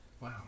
Wow